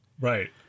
Right